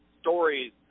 stories